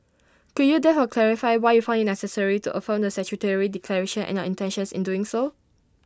could you therefore clarify why you found IT necessary to affirm the statutory declaration and your intentions in doing so